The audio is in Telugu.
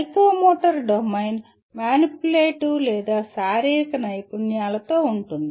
సైకోమోటర్ డొమైన్ మానిప్యులేటివ్ లేదా శారీరక నైపుణ్యాలతో ఉంటుంది